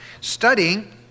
studying